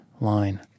line